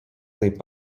taip